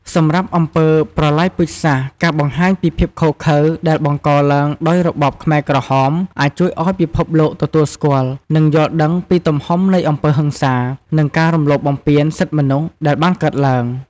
សម្រាប់អំពើប្រល័យពូជសាសន៍ ការបង្ហាញពីភាពឃោរឃៅដែលបង្កឡើងដោយរបបខ្មែរក្រហម អាចជួយឱ្យពិភពលោកទទួលស្គាល់ និងយល់ដឹងពីទំហំនៃអំពើហិង្សា និងការរំលោភបំពានសិទ្ធិមនុស្សដែលបានកើតឡើង។